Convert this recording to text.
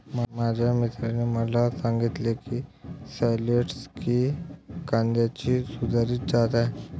माझ्या मित्राने मला सांगितले की शालॉट्स ही कांद्याची सुधारित जात आहे